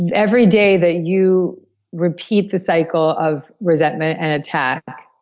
and every day that you repeat the cycle of resentment and attack,